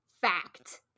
fact